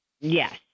Yes